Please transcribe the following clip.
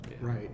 Right